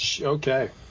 Okay